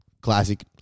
classic